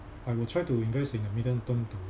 I will try to invest in a medium term to